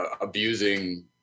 abusing